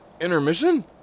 intermission